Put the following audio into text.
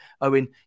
Owen